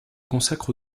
consacre